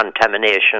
contamination